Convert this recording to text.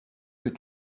que